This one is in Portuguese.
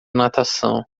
natação